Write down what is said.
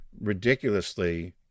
ridiculously